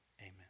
amen